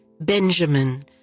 Benjamin